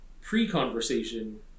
pre-conversation